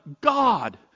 God